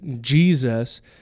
Jesus